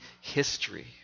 history